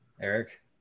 Eric